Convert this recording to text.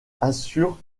assurent